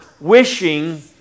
wishing